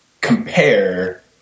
compare